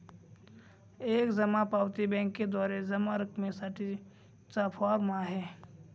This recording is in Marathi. एक जमा पावती बँकेद्वारे जमा रकमेसाठी चा फॉर्म आहे